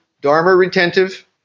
dharma-retentive